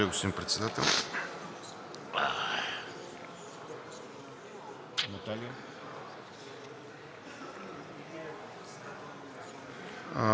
Благодаря, господин Председател.